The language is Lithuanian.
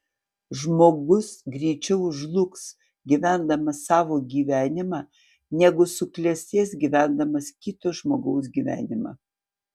žmogus greičiau žlugs gyvendamas savo gyvenimą negu suklestės gyvendamas kito žmogaus gyvenimą